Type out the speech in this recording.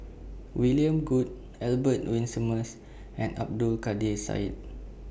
William Goode Albert Winsemius and Abdul Kadir Syed